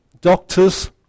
doctors